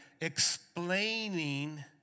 explaining